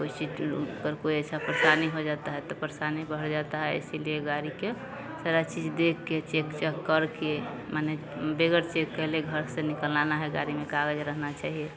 कोई चीज पर कोई ऐसा परेशानी हो जाता है त परेशानी बढ़ जाता है इसलिए गाड़ी के सारा चीज देख कर चेक चक करके माने वेगर चेक कईले घर से निकलना न है गाड़ी में कागज रहना चाहिए